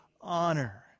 honor